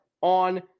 on